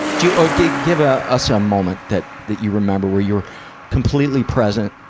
do you, ah, give, give ah us a moment that, that you remember, where you're completely present.